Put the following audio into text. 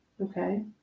Okay